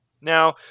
Now